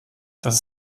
dass